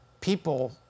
People